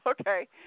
Okay